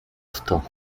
otto